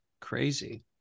crazy